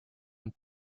and